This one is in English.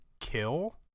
kill